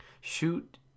shoot